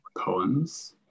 poems